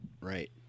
Right